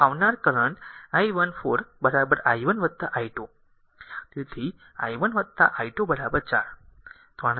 તો આવનાર current i 1 4 i 1 i2 તેથી i 1 i2 4